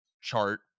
chart